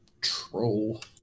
Troll